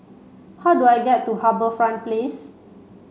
how do I get to HarbourFront Place